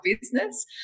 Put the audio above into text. business